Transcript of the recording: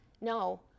no